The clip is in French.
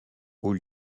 haut